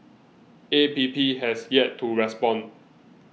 A P P has yet to respond